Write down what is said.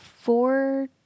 four